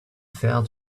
fell